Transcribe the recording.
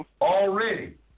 already